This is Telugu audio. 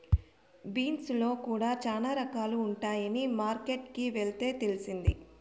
బీన్స్ లో కూడా చానా రకాలు ఉన్నాయని మార్కెట్ కి వెళ్తే తెలిసింది